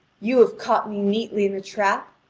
you have caught me neatly in a trap!